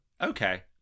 okay